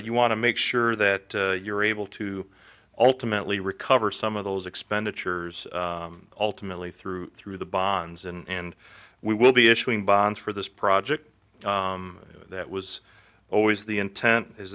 you want to make sure that you're able to ultimately recover some of those expenditures ultimately through through the bonds and we will be issuing bonds for this project that was always the intent is